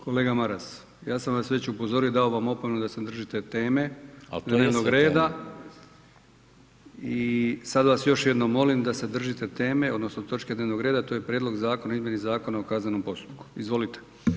Kolega Maras, ja sam vas već upozorio, dao vam opomenu da se držite teme i dnevnog reda i sada vas još jednom molim da se držite teme odnosno točke dnevnog reda to je prijedlog zakona o izmjeni Zakona o kaznenom postupku, izvolite.